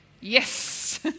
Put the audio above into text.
Yes